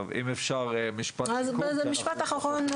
דבר אחרון,